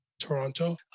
Toronto